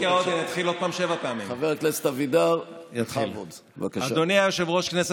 אדוני היושב-ראש,